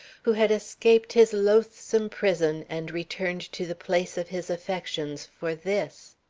who had escaped his loathsome prison and returned to the place of his affections for this.